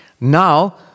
Now